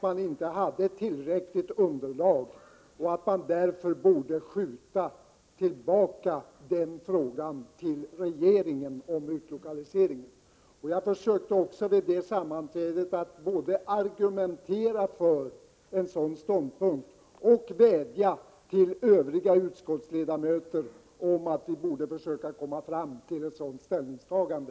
Man hade inte tillräckligt underlag, och därför borde man återföra frågan om utlokalisering till regeringen. Vid det sammanträdet försökte jag både att argumentera för en sådan ståndpunkt och att vädja till övriga utskottsledamöter om att vi borde försöka komma fram till ett sådant ställningstagande.